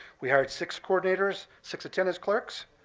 we hired six coordinators, six attendance clerks.